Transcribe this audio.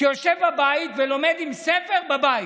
שיושב ולומד עם ספר בבית,